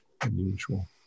unusual